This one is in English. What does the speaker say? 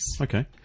Okay